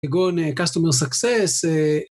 כגון ‏customer success